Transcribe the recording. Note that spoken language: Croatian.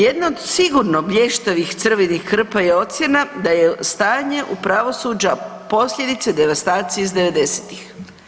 Jedna od sigurno blještavih crvenih krpa je ocjena da je stanje pravosuđa posljedica devastacije iz '90.-tih.